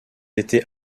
été